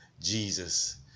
jesus